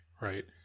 right